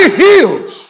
healed